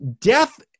death